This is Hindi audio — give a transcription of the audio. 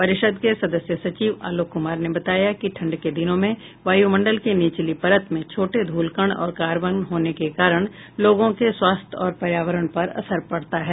परिषद के सदस्य सचिव आलोक कुमार ने बताया कि ठंड के दिनों में वायुमंडल की निचली परत में छोटे धूलकण और कार्बन होने के कारण लोगों के स्वास्थ्य और पर्यावरण पर असर पड़ता है